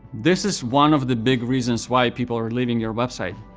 this is one of the big reasons why people are leaving your website.